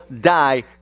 die